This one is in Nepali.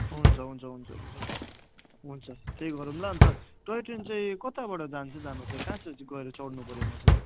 हुन्छ हुन्छ हुन्छ हुन्छ ल हुन्छ त्यही गरौँ ल अन्त टोय ट्रेन चाहिँ कताबाट जान्छ जानु चाहिँ कहाँ चाहिँ गएर चढ्नुपऱ्यो म चाहिँ